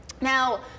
Now